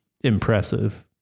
impressive